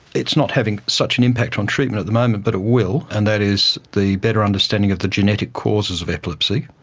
it's not having such an impact on treatment at the moment but it will and that is the better understanding of the genetic causes of epilepsy.